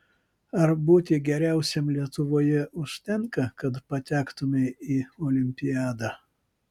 ar būti geriausiam lietuvoje užtenka kad patektumei į olimpiadą